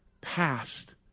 past